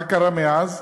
מה קרה מאז?